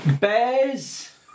Bears